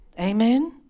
Amen